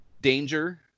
danger